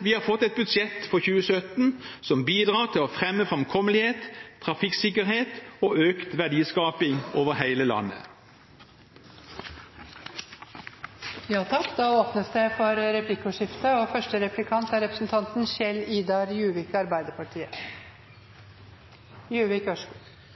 Vi har fått et budsjett for 2017 som bidrar til å fremme framkommelighet, trafikksikkerhet og økt verdiskaping over hele landet. Det blir replikkordskifte. Den 1. april 2017 skal man i gang med nye anbudsruter på kortbanenettet i Nord-Trøndelag og